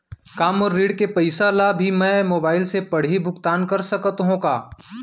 का मोर ऋण के पइसा ल भी मैं मोबाइल से पड़ही भुगतान कर सकत हो का?